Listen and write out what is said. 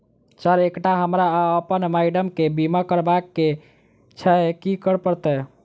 Sir एकटा हमरा आ अप्पन माइडम केँ बीमा करबाक केँ छैय की करऽ परतै?